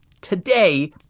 today